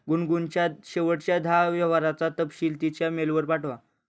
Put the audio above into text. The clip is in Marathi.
गुनगुनच्या शेवटच्या दहा व्यवहारांचा तपशील तिच्या मेलवर पाठवा